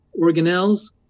organelles